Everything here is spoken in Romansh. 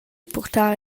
purtar